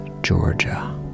Georgia